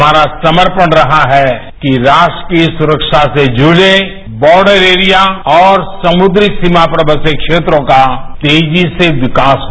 हमारा समर्पण रहा है कि राष्ट्रीय सुखा से जुड़े बॉर्डर एरिया और समुद्री सीमा पर बसे क्षेत्रों का तेजी से विकास हो